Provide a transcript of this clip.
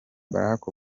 barack